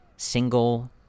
single